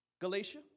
Galatia